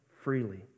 freely